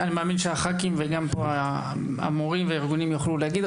אני מאמין שחברי הכנסת והמורים והארגונים יוכלו להגיב.